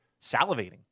salivating